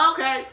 Okay